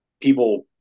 People